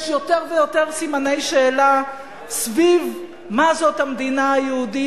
יש יותר ויותר סימני שאלה סביב מה זאת המדינה היהודית.